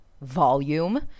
volume